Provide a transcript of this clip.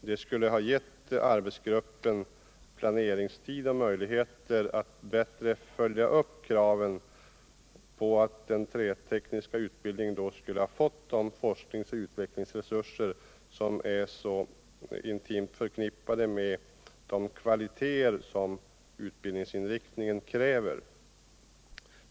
Det skulle ha givit arbetsgruppen planeringstid och möjligheter att bättre följa upp kraven på att den trätekniska utbildningen skall få de forskningsoch utbildningsresurser som är intimt förknippade med utbildningsinriktningens kvalitet.